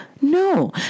No